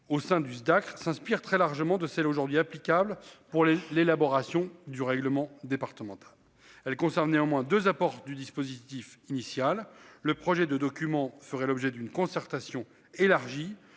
au sein du s'inspire très largement de celle aujourd'hui applicable pour les l'élaboration du règlement départemental. Elle conserve néanmoins 2 apport du dispositif initial. Le projet de document ferait l'objet d'une concertation élargie.